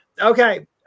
Okay